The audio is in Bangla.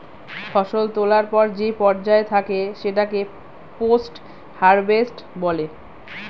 ফসল তোলার পর যে পর্যায় থাকে সেটাকে পোস্ট হারভেস্ট বলে